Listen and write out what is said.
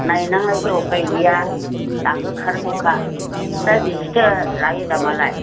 नायनांनोसै उफाय गैया दाहोखानांगौखा दा बेसेसो लायो दामालाय